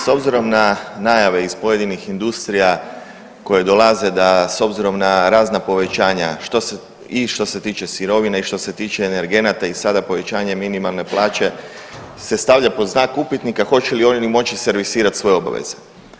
S obzirom na najave iz pojedinih industrija koje dolaze da s obzirom na razna povećanja i što se tiče sirovine i što se tiče energenata i sada povećanje minimalne plaće se stavlja pod znak upitnika hoće li oni moći servisirati svoje obaveze.